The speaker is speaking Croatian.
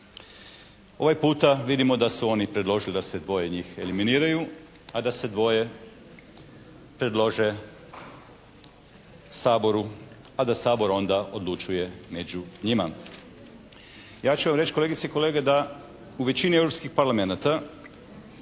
Ovaj puta vidimo da su oni predložili da se dvoje njih eliminiraju, a da se dvoje predlože Saboru a da Sabor onda odlučuje među njima. Ja ću vam reći kolegice i kolege da u većini europskih parlamenata